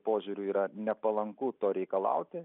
požiūriu yra nepalanku to reikalauti